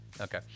Okay